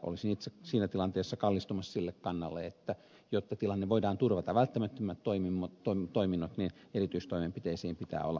olisin itse siinä tilanteessa kallistumassa sille kannalle että jotta tilanne voidaan turvata välttämättömät toiminnot niin erityistoimenpiteisiin pitää olla mahdollisuus